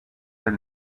del